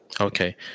Okay